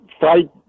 fight